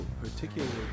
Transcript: particularly